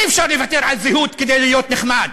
אי-אפשר לוותר על זהות כדי להיות נחמד,